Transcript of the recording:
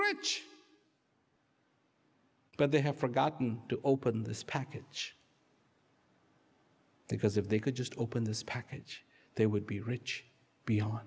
rich but they have forgotten to open this package because if they could just open this package they would be rich beyond